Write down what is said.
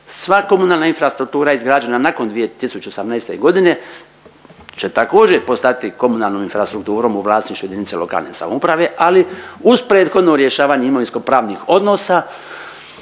Sva komunalna infrastruktura izgrađena nakon 2018. godine će također postati komunalnom infrastrukturom u vlasništvu jedinice lokalne samouprave, ali uz prethodno rješavanje imovinsko-pravnih odnosa